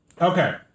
Okay